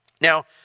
Now